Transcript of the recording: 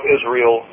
Israel